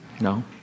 No